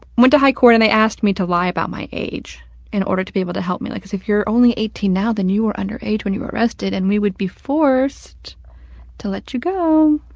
went to high court and they asked me to lie about my age in order to be able to help me. because if you are only eighteen now, then you were under age when you were arrested and we would be forced to let you go.